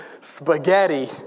spaghetti